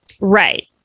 Right